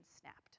snapped